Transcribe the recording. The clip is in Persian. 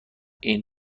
این